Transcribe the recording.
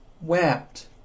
wept